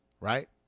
Right